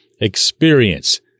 experience